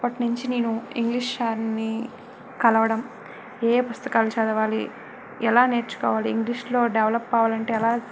అప్పటినుంచి నేను ఇంగ్లీష్ సార్ని కలవడం ఏయే పుస్తకాలు చదవాలి ఎలా నేర్చుకోవాలి ఇంగ్లీష్లో డెవలప్ అవ్వాలంటే ఎలా